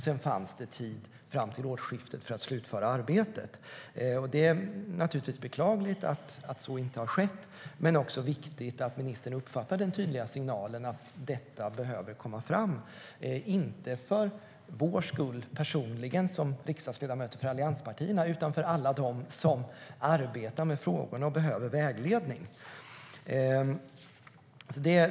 Sedan fanns det tid fram till årsskiftet för att slutföra arbetet. Det är naturligtvis beklagligt att så inte har skett. Men det är också viktigt att ministern uppfattar den tydliga signalen att detta behöver komma fram, inte för vår skull, för oss riksdagsledamöter i allianspartierna, utan för alla dem som arbetar med frågorna och behöver vägledning.